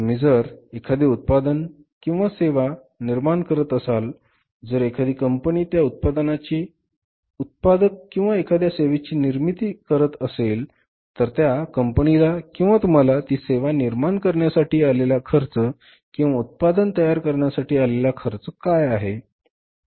तुम्ही जर एखादे उत्पादन किंवा सेवा निर्माण करत असाल जर एखादी कंपनी त्या उत्पादनाची उत्पादक किंवा एखाद्या सेवेची निर्माती असेल त्या कंपनीला किंवा तुम्हाला ती सेवा निर्माण करण्यासाठी आलेला खर्च किंवा उत्पादन तयार करण्यासाठी आलेला खर्च काय आहे